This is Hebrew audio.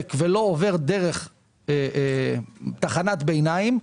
ולא עובר דרך תחנת ביניים,